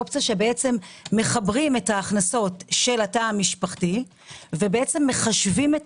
שמחברים את ההכנסות של התא המשפחתי ומחשבים את